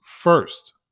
first